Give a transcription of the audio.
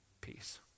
peace